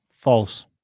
False